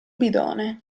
bidone